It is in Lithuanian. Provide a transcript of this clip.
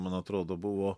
man atrodo buvo